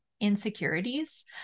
insecurities